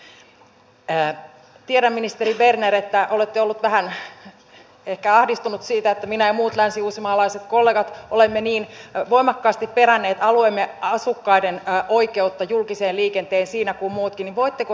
koska olemme vastuullinen puolue yritimme etsiä nämä rahat hallinnon sisältä ja niinpä esitämme sen sieltä materiaalipuolelta koska käyttömenoista sitä on hyvin hankala ottaa jotta emme vaaranna näitä kertausharjoitusmääriä